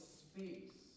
space